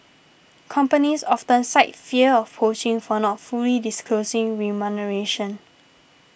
companies often cite fear of poaching for not fully disclosing remuneration